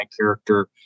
character